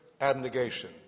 abnegation